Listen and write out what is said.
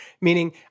Meaning